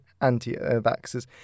anti-vaxxers